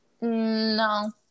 no